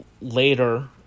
later